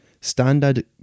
Standard